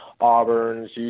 Auburn's